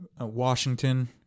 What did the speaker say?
Washington